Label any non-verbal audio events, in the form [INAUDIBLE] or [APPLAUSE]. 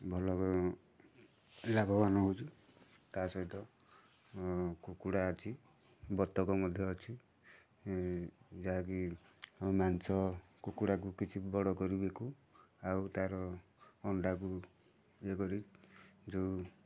ଭଲ [UNINTELLIGIBLE] ଲାଭବାନ ହେଉଛୁ ତା ସହିତ କୁକୁଡ଼ା ଅଛି ବତକ ମଧ୍ୟ ଅଛି ଯାହାକି ଆମେ ମାଂସ କୁକୁଡ଼ାକୁ କିଛି ବଡ଼କରି ବିକୁ ଆଉ ତାର ଅଣ୍ଡାକୁ ଇଏ କରିକି ଯେଉଁ